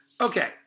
Okay